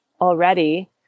already